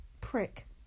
prick